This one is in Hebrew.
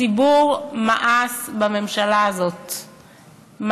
הציבור מאס בממשלה הזאת,